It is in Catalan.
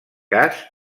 cas